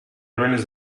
ruins